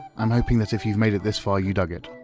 i'm hoping that if you've made it this far, you dug it.